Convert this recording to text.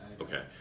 Okay